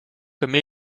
comme